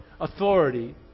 authority